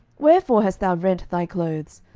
wherefore hast thou rent thy clothes?